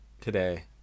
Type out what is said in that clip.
today